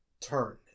turn